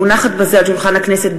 מונחת בזה על שולחן הכנסת,